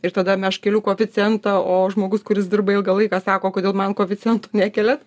ir tada meš keliu koeficientą o žmogus kuris dirba ilgą laiką sako o kodėl man koeficiento nekeliat